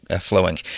flowing